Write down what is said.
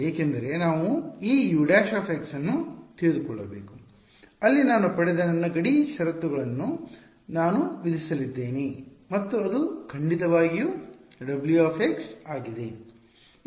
ಏಕೆಂದರೆ ನಾವು ಈ u′ ಅನ್ನು ತಿಳಿದುಕೊಳ್ಳಬೇಕು ಅಲ್ಲಿ ನಾನು ಪಡೆದ ನನ್ನ ಗಡಿ ಷರತ್ತುಗಳನ್ನು ನಾನು ವಿಧಿಸಲಿದ್ದೇನೆ ಮತ್ತು ಅದು ಖಂಡಿತವಾಗಿಯೂ w ಆಗಿದೆ